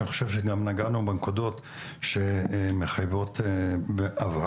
אני חושב שגם נגענו בנקודות שמחייבות הבהרה.